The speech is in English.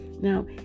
Now